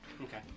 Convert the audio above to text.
Okay